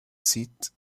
seat